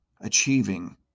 achieving